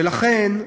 ולכן,